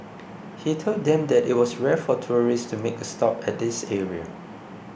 he told them that it was rare for tourists to make a stop at this area